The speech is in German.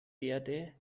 werde